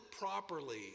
properly